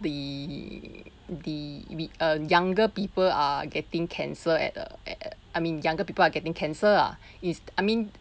the the we uh younger people are getting cancer at a at at I mean younger people are getting cancer ah is I mean